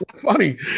funny